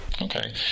Okay